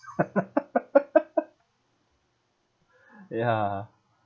ya